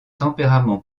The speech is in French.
tempérament